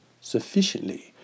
sufficiently